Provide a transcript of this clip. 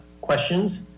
questions